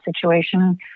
situation